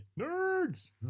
nerds